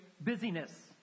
busyness